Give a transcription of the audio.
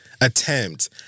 attempt